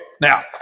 now